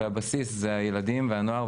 והבסיס זה הילדים והנוער,